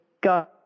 go